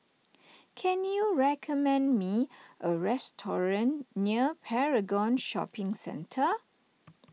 can you recommend me a restaurant near Paragon Shopping Centre